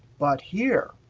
but here,